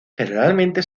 generalmente